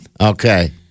okay